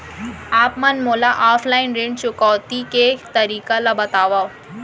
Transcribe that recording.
आप मन मोला ऑफलाइन ऋण चुकौती के तरीका ल बतावव?